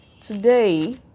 today